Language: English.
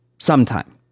sometime